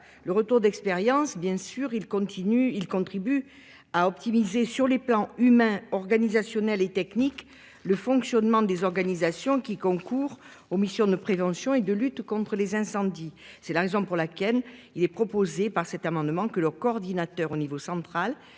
le retour d'expérience, bien sûr il continue il contribue à optimiser sur le plan humain organisationnel et technique. Le fonctionnement des organisations qui concourent aux missions de prévention et de lutte contre les incendies. C'est la raison pour laquelle il est proposé par cet amendement que le coordinateur au niveau central